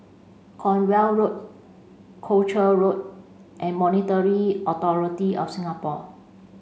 Cornwall Road Croucher Road and Monetary Authority of Singapore